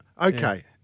Okay